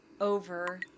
over